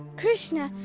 krishna,